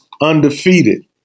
undefeated